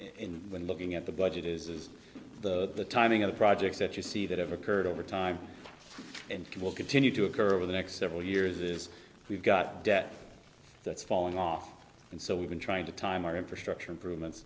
in when looking at the budget is the timing of projects that you see that have occurred over time and will continue to occur over the next several years is we've got debt that's falling off and so we've been trying to time our infrastructure improvements